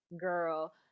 girl